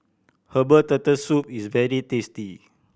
herbal Turtle Soup is very tasty